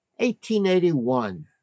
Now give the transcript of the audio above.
1881